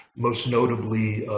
most notably,